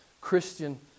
Christian